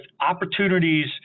opportunities